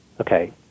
okay